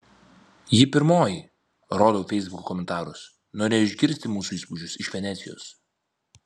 ji pirmoji rodau feisbuko komentarus norėjo išgirsti mūsų įspūdžius iš venecijos